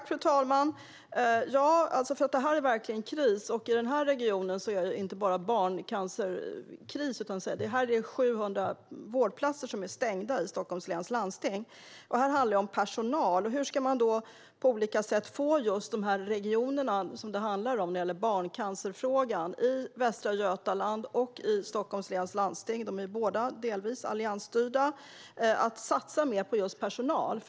Fru talman! Det är verkligen kris. I Stockholms läns landsting är det inte bara kris i barncancervården, utan här är 700 vårdplatser stängda. Det handlar om personal. Hur ska man på olika sätt få de regioner som det handlar om när det gäller barncancervården, Västra Götalandsregionen och Stockholms läns landsting, som båda är delvis alliansstyrda, att satsa mer på just personal?